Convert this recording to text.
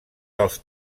dels